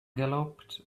galloped